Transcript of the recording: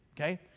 Okay